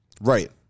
Right